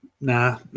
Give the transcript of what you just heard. nah